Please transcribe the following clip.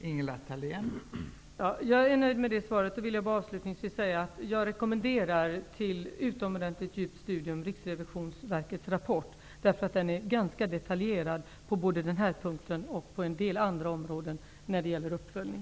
Fru talman! Jag är nöjd med det svaret. Avslutningsvis vill jag bara säga att jag till utomordentligt djupt studium rekommenderar Riksrevisionsverkets rapport. Den är ganska detaljerad både på denna punkt och på en del andra områden när det gäller uppföljning.